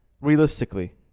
realistically